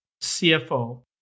CFO